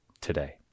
today